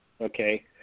okay